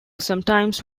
sometimes